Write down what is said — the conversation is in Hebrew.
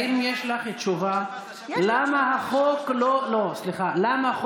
האם יש לך תשובה למה החוק לא מומש?